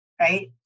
right